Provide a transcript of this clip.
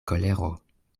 kolero